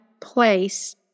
place